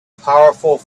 powerful